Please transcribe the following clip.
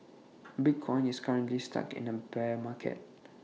bitcoin is currently stuck in A bear market